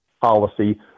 policy